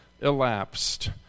elapsed